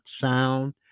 sound